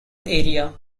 area